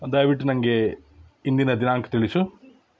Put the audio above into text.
ದಯವಿಟ್ಟು ನನಗೆ ಇಂದಿನ ದಿನಾಂಕ ತಿಳಿಸು